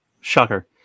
Shocker